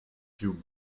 più